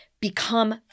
become